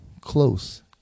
close